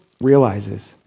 realizes